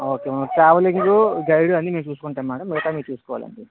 okay madam travelling కు guide అన్ని నేను చూసుకుంటాను మేడం మిగతావన్ని మీరు చూస్కోవాలి అండి